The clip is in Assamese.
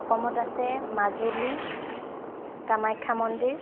অসমত আছে মাজুলী কামাখ্যা মন্দিৰ